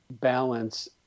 balance